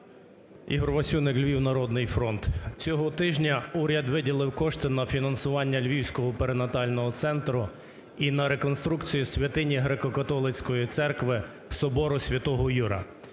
Ігор Васюнник, Львів, "Народний фронт". Цього тижня уряд виділив кошти на фінансування Львівського перинатального центру і на реконструкцію святині Греко-Католицької Церкви – Собору Святого Юра.